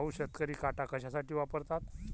भाऊ, शेतकरी काटा कशासाठी वापरतात?